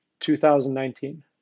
2019